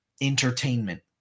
entertainment